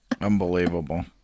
Unbelievable